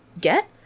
get